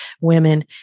women